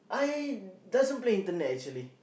I doesn't play internet actually